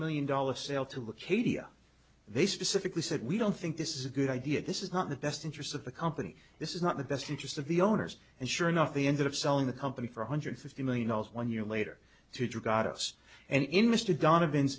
million dollar sale to the cadia they specifically said we don't think this is a good idea this is not the best interest of the company this is not the best interest of the owners and sure enough they ended up selling the company for one hundred fifty million dollars one year later two got us and in mr donovan